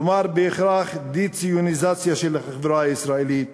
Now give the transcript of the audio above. כלומר בהכרח דה-ציוניזציה של החברה הישראלית